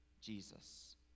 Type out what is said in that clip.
jesus